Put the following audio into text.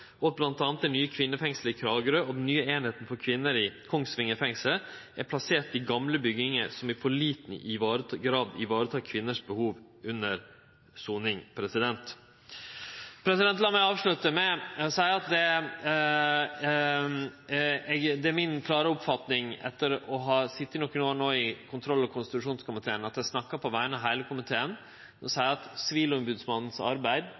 og at bl.a. det nye kvinnefengselet i Kragerø og den nye avdelinga for kvinner i Kongsvinger fengsel er plasserte i gamle bygningar, som i for liten grad varetek behova til kvinner under soning. Lat meg avslutte med å seie at det er mi klare oppfatning, etter å ha sete nokre år i kontroll- og konstitusjonskomiteen, at eg snakkar på vegner av heile komiteen